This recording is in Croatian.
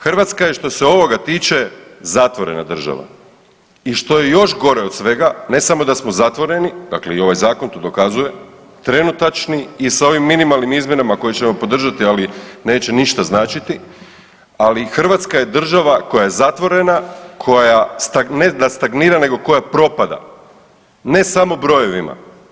Hrvatska je što se ovoga tiče zatvorena država i što je još gore od svega ne samo da smo zatvoreni, dakle i ovaj zakon to dokazuje trenutačni i sa ovim minimalnim izmjenama koje ćemo podržati, ali neće ništa značiti, ali Hrvatska je država koja je zatvorena, koja stag, ne da stagnira nego koja propada ne samo brojevima.